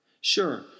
Sure